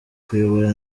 kuyobora